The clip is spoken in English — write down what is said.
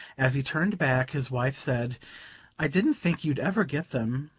as he turned back his wife said i didn't think you'd ever get them.